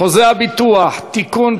חוזה הביטוח (תיקון,